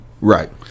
Right